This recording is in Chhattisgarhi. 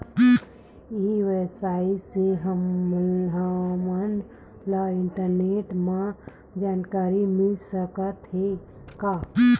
ई व्यवसाय से हमन ला इंटरनेट मा जानकारी मिल सकथे का?